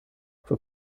fue